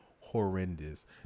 horrendous